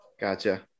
Gotcha